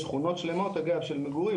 שכונות שלמות, אגב, של מגורים.